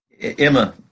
Emma